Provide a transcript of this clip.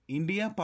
India